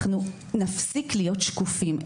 אנחנו נפסיק להיות שקופים.